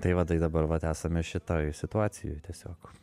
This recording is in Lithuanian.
tai va tai dabar vat esame šitoj situacijoj tiesiog